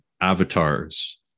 avatars